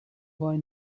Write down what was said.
boy